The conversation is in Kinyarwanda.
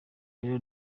rero